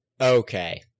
Okay